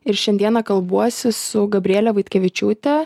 ir šiandieną kalbuosi su gabriele vaitkevičiūte